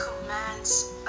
commands